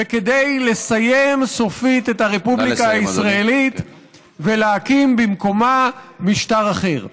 וכדי לסיים סופית את הרפובליקה הישראלית ולהקים במקומה משטר אחר.